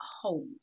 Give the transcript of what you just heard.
hold